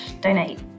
donate